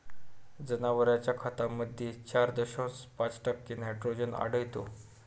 जनावरांच्या खतामध्ये चार दशांश पाच टक्के नायट्रोजन आढळतो